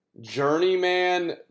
journeyman